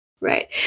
Right